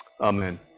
amen